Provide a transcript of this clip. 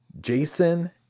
Jason